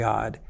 God